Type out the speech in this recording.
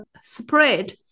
spread